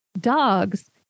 dogs